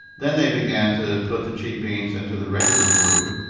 then they began to put the cheap beans into the regular brew,